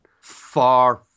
far